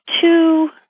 two